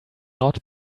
not